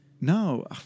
no